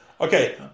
Okay